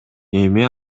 эми